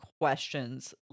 questions